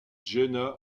jenna